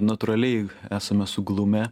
natūraliai esame suglumę